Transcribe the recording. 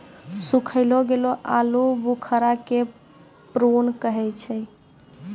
सुखैलो गेलो आलूबुखारा के प्रून कहै छै